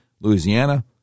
Louisiana